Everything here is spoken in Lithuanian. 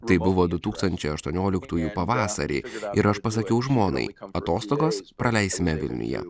tai buvo du tūkstančiai aštuonioliktųjų pavasarį ir aš pasakiau žmonai atostogas praleisime vilniuje